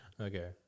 Okay